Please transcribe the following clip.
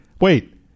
Wait